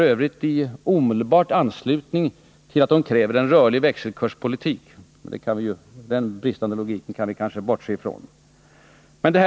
ö. i omedelbar anslutning till att de kräver en rörlig växelkurspolitik, men den bristande logiken kan vi kanske bortse från.